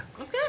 Okay